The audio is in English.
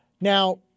Now